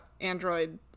Android